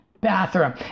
bathroom